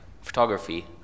photography